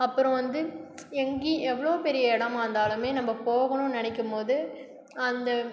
அப்பறம் வந்து எங்கியும் எவ்வளோ பெரிய இடமா இருந்தாலுமே நம்ப போகணுன்னு நினக்கிம்போது அந்த